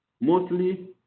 mostly